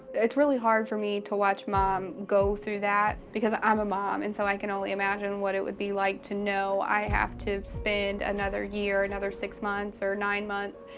it's really hard for me to watch mom go through that, because i'm a mom, and so i can only imagine what it would be like to know i have to spend another year, another six months, or nine months,